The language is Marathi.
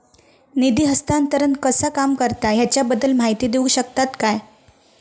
निधी हस्तांतरण कसा काम करता ह्याच्या बद्दल माहिती दिउक शकतात काय?